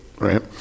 Right